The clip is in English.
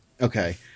Okay